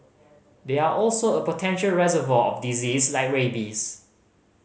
they are also a potential reservoir of disease like rabies